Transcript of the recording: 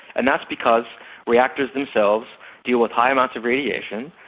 and that's because reactors themselves deal with high amounts of radiation,